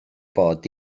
bod